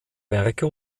werke